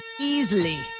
easily